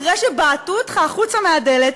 אחרי שבעטו אותך החוצה מהדלת,